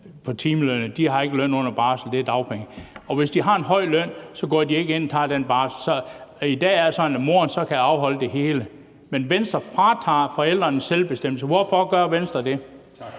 har ikke løn under barsel. Det er dagpenge. Og hvis de har en høj løn, går de ikke ind og tager den barsel. Så i dag er det sådan, at moren så kan afholde det hele. Men Venstre fratager forældrene selvbestemmelse. Hvorfor gør Venstre det?